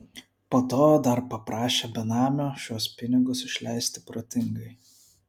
po to dar paprašė benamio šiuos pinigus išleisti protingai